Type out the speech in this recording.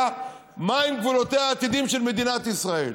מהם גבולותיה העתידיים של מדינת ישראל,